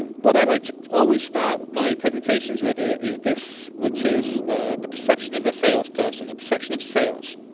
and what i like to always start my presentations with it is this which is the perception of the salesperson the perception of sales.